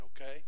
okay